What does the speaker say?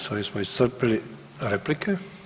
S ovim smo iscrpili replike.